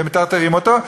ומטרטרים אותו,